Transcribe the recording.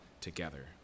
together